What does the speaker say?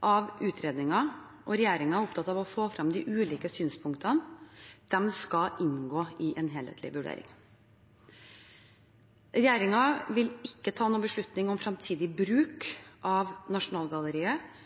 av utredningen. Regjeringen er opptatt av å få frem de ulike synspunktene, de skal inngå i en helhetlig vurdering. Regjeringen vil ikke ta noen beslutning om